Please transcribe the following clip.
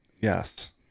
yes